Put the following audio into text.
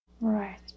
Right